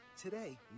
Today